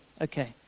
Okay